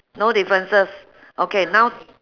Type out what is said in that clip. no differences okay now